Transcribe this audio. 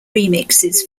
remixes